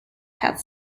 had